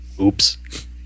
Oops